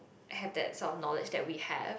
have that sort of knowledge that we have